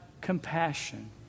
compassion